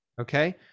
okay